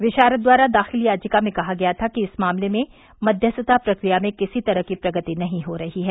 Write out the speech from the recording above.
विशारद द्वारा दाखिल याचिका में कहा गया था कि इस मामले में मध्यस्थता प्रक्रिया में किसी तरह की प्रगति नहीं हो रही है